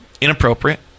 inappropriate